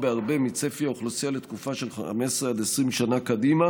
בהרבה מצפי האוכלוסייה לתקופה של 15 20 שנים קדימה,